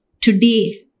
today